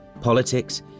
politics